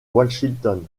washington